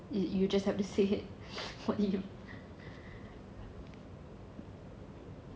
you you just have to sit here